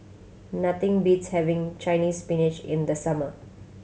nothing beats having Chinese Spinach in the summer